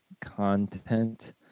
content